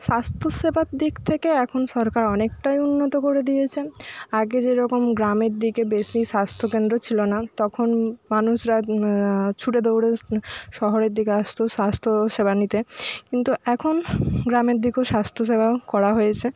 স্বাস্থ্য সেবার দিক থেকে এখন সরকার অনেকটাই উন্নত করে দিয়েছে আগে যেরকম গ্রামের দিকে বেশি স্বাস্থ্য কেন্দ্র ছিল না তখন মানুষরা ছুটে দৌড়ে শহরের দিকে আসতো স্বাস্থ্য সেবা নিতে কিন্তু এখন গ্রামের দিকেও স্বাস্থ্য সেবা করা হয়েছে